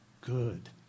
good